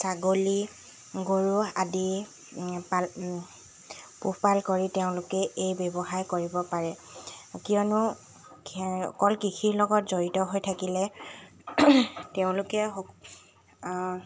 ছাগলী গৰু আদি পাল পোহপাল কৰি তেওঁলোকে এই ব্যৱসায় কৰিব পাৰে কিয়নো অকল কৃষিৰ লগত জড়িত হৈ থাকিলে তেওঁলোকে